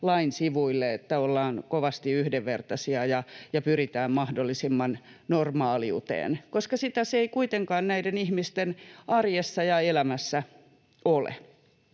lain sivuille, että ollaan kovasti yhdenvertaisia ja pyritään mahdollisimman suureen normaaliuteen, koska sitä se ei kuitenkaan näiden ihmisten arjessa ja elämässä ole.